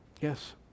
Yes